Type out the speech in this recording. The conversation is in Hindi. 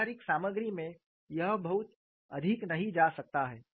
व्यावहारिक सामग्री में यह बहुत अधिक नहीं जा सकता है